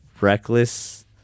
Reckless